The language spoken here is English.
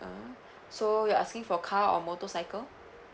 err so you're asking for car or motorcycle